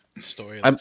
Story